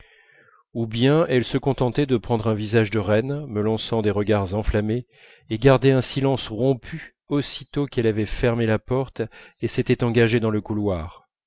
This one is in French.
ou bien elle se contentait de prendre un visage de reine me lançant des regards enflammés et gardait un silence rompu aussitôt qu'elle avait fermé la porte et s'était engagée dans le couloir